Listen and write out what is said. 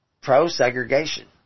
pro-segregation